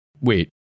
wait